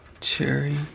Cherry